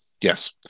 Yes